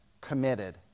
committed